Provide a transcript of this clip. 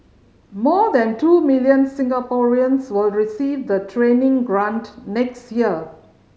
more than two million Singaporeans will receive the training grant next year